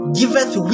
giveth